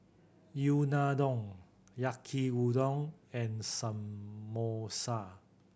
Unadon Yaki Udon and Samosa